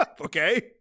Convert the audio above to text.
Okay